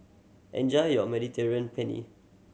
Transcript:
enjoy your Mediterranean Penne